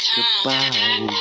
Goodbye